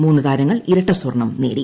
മൂന്ന് താരങ്ങൾ ഇരട്ട സ്വർണം നേടി